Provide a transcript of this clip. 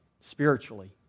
spiritually